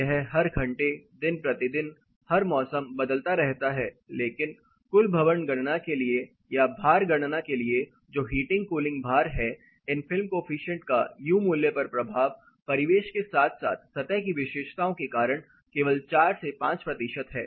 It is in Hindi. यह हर घंटे दिन प्रतिदिन हर मौसम बदलता रहता है लेकिन कुल भवन गणना के लिए या भार गणना के लिए जो हीटिंग कूलिंग भार है इन फिल्म कोअफिशन्ट का U मूल्य पर प्रभाव परिवेश के साथ साथ सतह की विशेषताओं के कारण केवल 4 से 5 प्रतिशत है